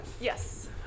Yes